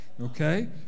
Okay